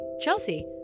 Chelsea